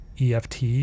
EFT